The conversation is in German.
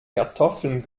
kartoffeln